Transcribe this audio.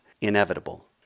inevitable